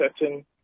certain